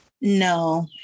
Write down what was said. No